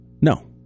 No